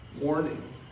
warning